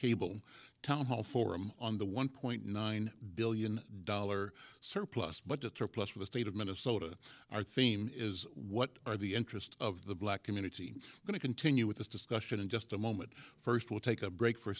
cable town hall forum on the one point nine billion dollar surplus budgets are a plus for the state of minnesota our theme is what are the interests of the black community going to continue with this discussion in just a moment first we'll take a break for